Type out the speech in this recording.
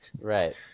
Right